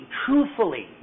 truthfully